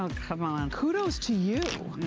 ah um ah and kudos to you.